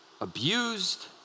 abused